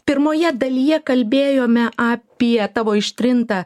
pirmoje dalyje kalbėjome apie tavo ištrintą